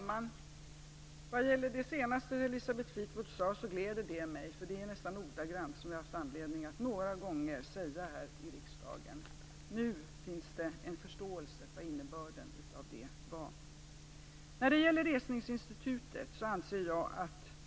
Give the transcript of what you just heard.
Herr talman! Det senaste Elisabeth Fleetwood sade gläder mig. Det var nästan ordagrant det som jag haft anledning att säga här i riksdagen några gånger. Nu finns det en förståelse för innebörden av det.